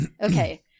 Okay